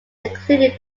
included